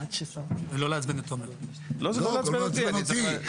עמוד 14 פסקה 10 אננו עוברים לנושא של מורשה להיתר.